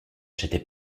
j’étais